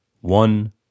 One